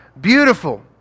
Beautiful